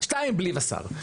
שתיים, בלי וס"ר.